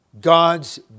God's